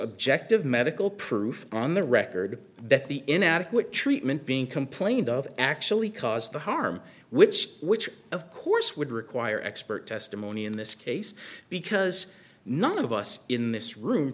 objective medical proof on the record that the inadequate treatment being complained of actually caused the harm which which of course would require expert testimony in this case because none of us in this room